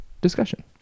discussion